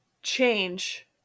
change